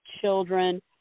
children